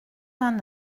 vingt